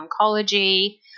oncology